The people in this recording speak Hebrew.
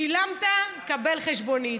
שילמת, קבל חשבונית.